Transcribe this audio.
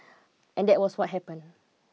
and that was what happened